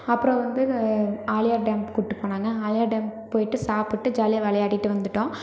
அப்புறம் வந்து ஆலியா டேம்க்கு கூட்டு போனாங்க ஆலியா டேமில் போயிட்டு சாப்பிட்டு ஜாலியாக விளையாடிட்டு வந்துட்டோம்